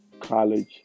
college